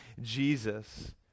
Jesus